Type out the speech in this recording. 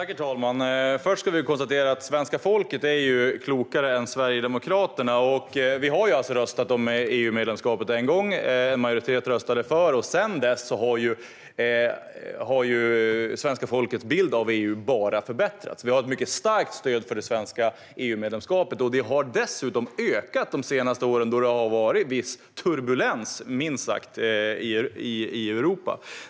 Herr talman! Först ska vi konstatera att svenska folket är klokare än Sverigedemokraterna. Vi har alltså röstat om EU-medlemskapet en gång. En majoritet röstade för. Sedan dess har svenska folkets bild av EU bara förbättrats. Vi har ett mycket starkt stöd för det svenska EU-medlemskapet. Det har dessutom ökat de senaste åren då det har varit viss turbulens, minst sagt, i Europa.